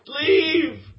leave